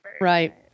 Right